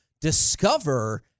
Discover